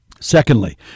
Secondly